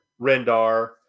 rendar